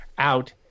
out